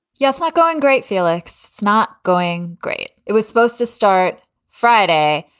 yes, not going great, felix. not going great. it was supposed to start friday,